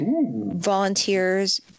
volunteers